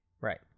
Right